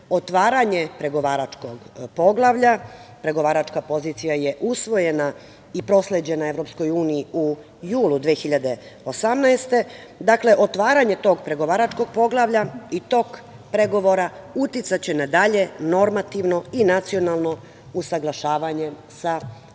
otvaranje pregovaračkog poglavlja, pregovaračka pozicija je usvojena i prosleđena Evropskoj uniji u julu 2018. godine. Dakle, otvaranje tog pregovaračkog poglavlja i tok pregovora uticaće na dalje normativno i nacionalno usaglašavanje sa tekovinama